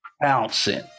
bouncing